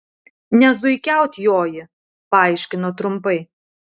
ne zuikiaut joji paaiškino trumpai